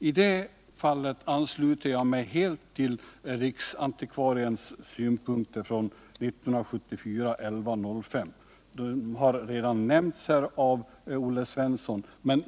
I det fallet ansluter jag mig helt till riksantikvariens synpunkter från den 5 november 1974 vilka redan har nämnts av Olle Svensson.